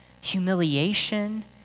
humiliation